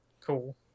Cool